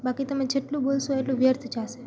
બાકી તમે જેટલું બોલશો એટલું વ્યર્થ જશે